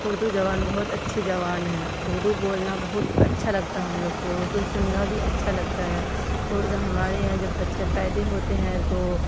اردو زبان بہت اچھی زبان ہے اردو بولنا بہت اچھا لگتا ہے ہم لوگ کو اردو سننا بھی اچھا لگتا ہے ہمارے یہاں جب بچے پیدہ ہوتے ہیں تو